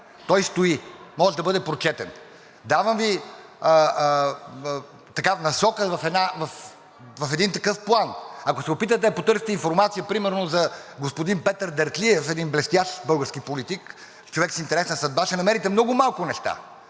Той стои – може да бъде прочетен. Давам Ви насока в един такъв план. Ако се опитате да потърсите информация примерно за господин Петър Дертлиев – един блестящ български политик, човек с интересна съдба ще намерите много малко неща